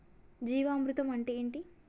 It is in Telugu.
జీవామృతం అంటే ఏంటి?